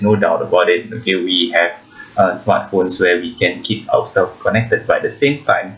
no doubt about it okay we have uh smartphones where we can keep ourselves connected but at the same time